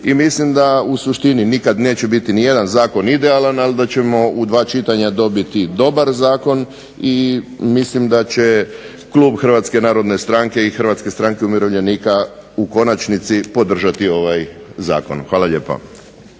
i mislim da u suštini nikad neće biti nijedan zakon idealan, ali da ćemo u dva čitanja dobiti dobar zakon i mislim da će klub Hrvatske narodne stranke i Hrvatske stranke umirovljenika u konačnici podržati ovaj zakon. Hvala lijepa.